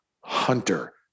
Hunter